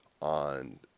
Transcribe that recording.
on